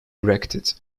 erected